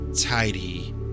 tidy